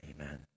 Amen